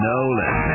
Nolan